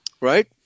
right